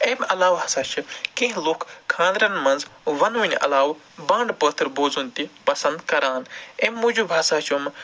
أمۍ علاوٕ ہسا چھِ کیٚنہہ لُکھ خاندرَن منٛز وَنٛنہٕ ؤنۍ علاوٕ بانڈٕپٲتھر بوزُن تہِ پَسنٛد کران أمۍ موجوٗب ہسا چھِ یِم